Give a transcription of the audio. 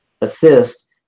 assist